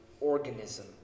organism